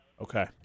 Okay